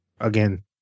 Again